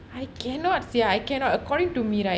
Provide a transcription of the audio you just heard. I cannot sia I cannot according to me right